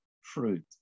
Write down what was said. fruit